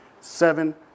seven